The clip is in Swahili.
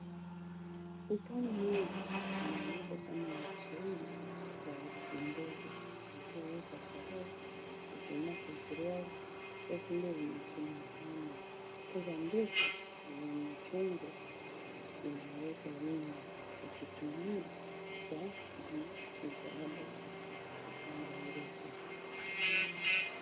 Ubao mweupe unaonyesha somo la kiswahili la herufi ndogo lililowekwa ijumaa februari 2025. Rula ndefu ni ya machungwa, imewekwa wima ikitumika kama msasa wa kupanga herufi.